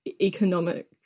economic